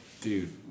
Dude